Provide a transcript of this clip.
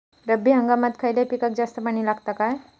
रब्बी हंगामात खयल्या पिकाक जास्त पाणी लागता काय?